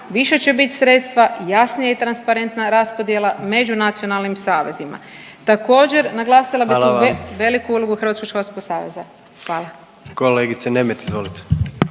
više će bit sredstava i jasnije transparentna raspodjela među nacionalnim savezima. Također naglasila bi veliku …/Upadica predsjednik: Hvala